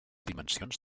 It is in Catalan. dimensions